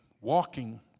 walking